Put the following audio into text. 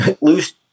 lose